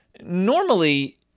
normally